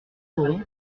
saurons